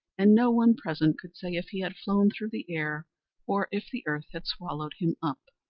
and no one present could say if he had flown through the air or if the earth had swallowed him up.